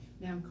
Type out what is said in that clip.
Now